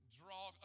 draw